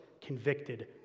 convicted